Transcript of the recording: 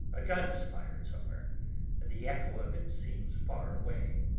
a gun is fired somewhere the echo of it seems far away.